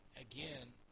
again